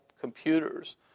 computers